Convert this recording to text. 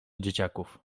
dzieciaków